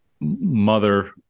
mother